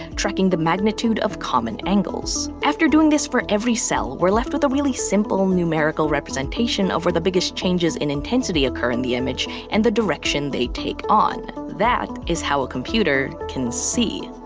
tracking the magnitude of common angles. after doing this for every cell, we're left with a really simple numerical representation of where the biggest changes in intensity occur in the image, and the direction they take on. that is how a computer can see.